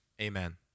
Amen